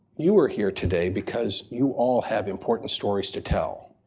you are here today because you all have important stories to tell.